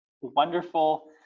wonderful